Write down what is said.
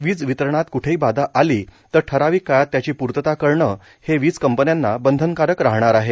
वीजवितरणात क्ठेही बाधा आली तर ठरविक काळात त्याची पूर्तता करणं हे वीजकंपन्यांना बंधनकारक राहणार आहे